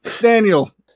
Daniel